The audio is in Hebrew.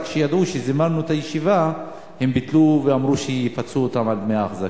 רק כשידעו שזימנו את הישיבה הם ביטלו ואמרו שיפצו אותם על דמי האחזקה.